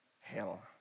hell